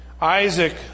Isaac